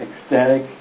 ecstatic